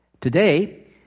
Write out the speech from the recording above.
Today